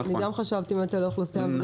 גם אני חשבתי על האוכלוסייה המבוגרת.